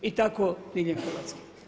I tako diljem Hrvatske.